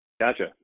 Gotcha